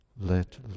Let